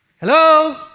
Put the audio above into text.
Hello